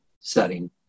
setting